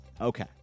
Okay